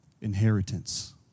Inheritance